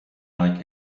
like